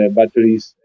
batteries